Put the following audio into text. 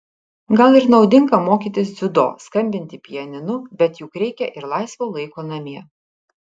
gal ir naudinga mokytis dziudo skambinti pianinu bet juk reikia ir laisvo laiko namie